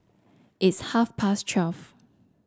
its half past twelve